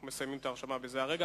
מסיימים את ההרשמה בזה הרגע.